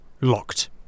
locked